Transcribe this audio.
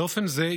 באופן זה,